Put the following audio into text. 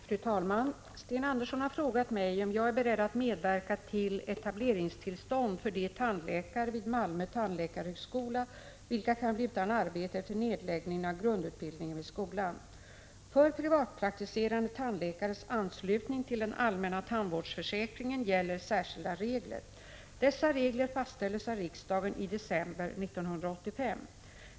Fru talman! Sten Andersson har frågat mig om jag är beredd att medverka till etableringstillstånd för de tandläkare vid Malmö tandläkarhögskola vilka kan bli utan arbete efter nedläggningen av grundutbildningen vid skolan. För privatpraktiserande tandläkares anslutning till den allmänna tandvårdsförsäkringen gäller särskilda regler. Dessa regler fastställdes av riksdagen i december 1985.